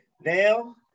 Now